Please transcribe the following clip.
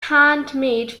handmade